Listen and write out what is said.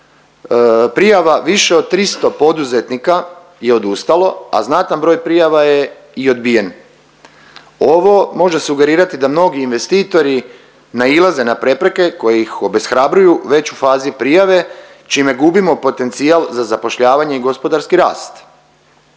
prijava više od 300 poduzetnika je odustalo, a znatan broj prijava je i odbijen. Ovo može sugerirati da mnogi investitori nailaze na prepreke koje ih obeshrabruju već u fazi prijave čime gubimo potencijal za zapošljavanje i gospodarski rast.